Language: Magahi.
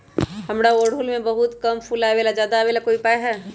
हमारा ओरहुल में बहुत कम फूल आवेला ज्यादा वाले के कोइ उपाय हैं?